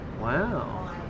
Wow